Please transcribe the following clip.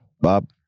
bob